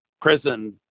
prison